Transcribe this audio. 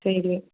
சரி